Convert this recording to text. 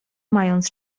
mając